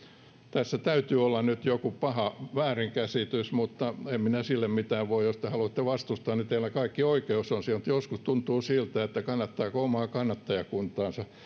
tässä täytyy olla nyt joku paha väärinkäsitys mutta en minä sille mitään voi jos te haluatte vastustaa teillä on kaikki oikeus siihen mutta joskus tuntuu siltä että kannattaako oman kannattajakuntansa tilannetta